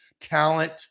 talent